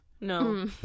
No